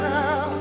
now